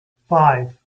five